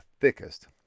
thickest